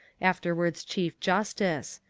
afterwards chief justice.